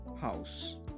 house